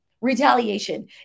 retaliation